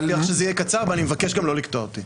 אני מבטיח שזה יהיה קצר ואני מבקש גם לא לקטוע אותי.